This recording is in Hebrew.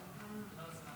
אדוני היושב-ראש,